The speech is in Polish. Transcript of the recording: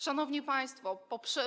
Szanowni Państwo!